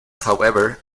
however